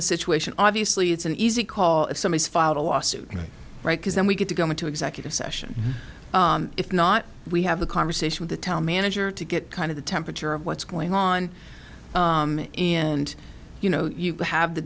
the situation obviously it's an easy call if some has filed a lawsuit right because then we get to go into executive session if not we have a conversation with the town manager to get kind of the temperature of what's going on and you know have the